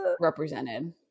represented